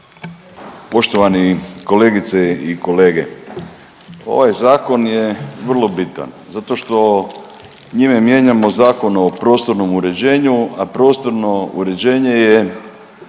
Poštovani kolegice i kolege, ovaj zakon je vrlo bitan zato što njime mijenjamo Zakon o prostornom uređenju, a prostorno uređenje je